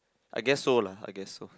I guess so lah I guess so